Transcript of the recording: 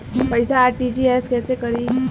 पैसा आर.टी.जी.एस कैसे करी?